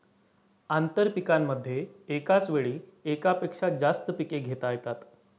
आंतरपीकांमध्ये एकाच वेळी एकापेक्षा जास्त पिके घेता येतात